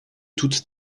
toute